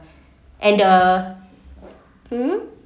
and the mm